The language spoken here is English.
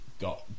got